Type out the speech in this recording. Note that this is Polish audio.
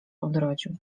odrodził